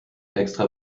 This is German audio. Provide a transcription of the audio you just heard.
extra